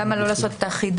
למה לא לעשות את האחידות?